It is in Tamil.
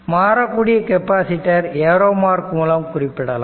மாறக்கூடிய கெப்பாசிட்டர் ஏரோ மார்க் மூலம் குறிப்பிடலாம்